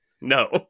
No